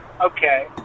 okay